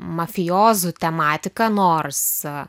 mafijozų tematika nors